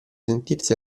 sentirsi